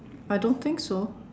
I don't think so